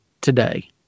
today